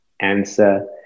Answer